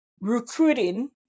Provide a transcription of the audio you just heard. recruiting